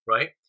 Right